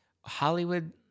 Hollywood